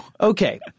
Okay